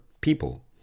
people